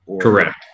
Correct